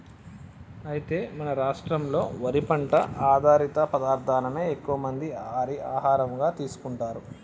అయితే మన రాష్ట్రంలో వరి పంట ఆధారిత పదార్థాలనే ఎక్కువ మంది వారి ఆహారంగా తీసుకుంటారు